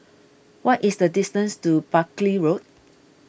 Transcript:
what is the distance to Buckley Road